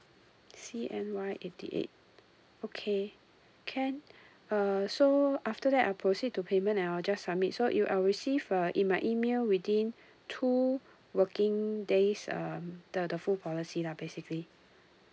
C_N_Y eighty eight okay can uh so after that I proceed to payment and I'll just submit so you uh I'll receive uh in my email within two working days um the the full policy lah basically